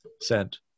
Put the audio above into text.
sent